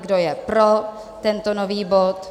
Kdo je pro tento nový bod?